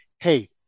hey